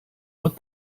what